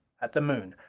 at the moon.